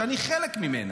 שאני חלק ממנה.